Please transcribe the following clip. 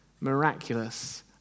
miraculous